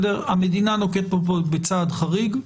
המדינה נוקטת פה בצעד חריג.